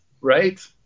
Right